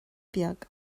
beag